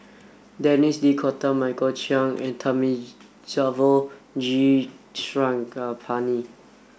Denis D'Cotta Michael Chiang and Thamizhavel G Sarangapani